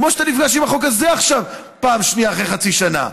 כמו שאתה נפגש עם החוק הזה עכשיו פעם שנייה אחרי חצי שנה.